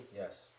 Yes